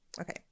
okay